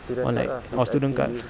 or like or student card